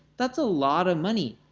that's a lot of money.